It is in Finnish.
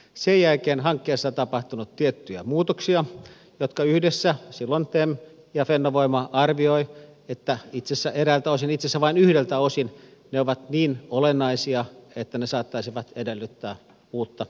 sen jälkeen hankkeessa on tapahtunut tiettyjä muutoksia joista yhdessä silloin tem ja fennovoima arvioivat että itse asiassa vain yhdeltä osin ne ovat niin olennaisia että ne saattaisivat edellyttää uutta eduskunnan käsittelyä